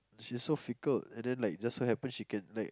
she's so fickle and then like just so happen she can like